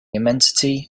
immensity